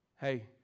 Hey